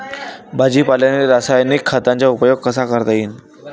भाजीपाल्याले रासायनिक खतांचा उपयोग कसा करता येईन?